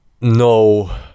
no